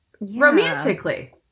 romantically